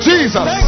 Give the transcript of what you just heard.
Jesus